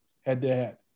head-to-head